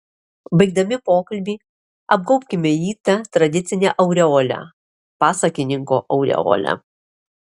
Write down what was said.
baigdami pokalbį apgaubkime jį ta tradicine aureole pasakininko aureole